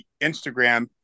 Instagram